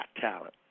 talent